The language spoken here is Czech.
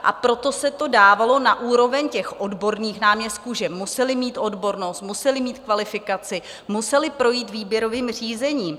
A proto se to dávalo na úroveň odborných náměstků, že museli mít odbornost, museli mít kvalifikaci, museli projít výběrovým řízením.